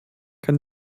kann